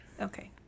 Okay